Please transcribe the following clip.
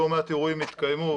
לא מעט אירועים התקיימו.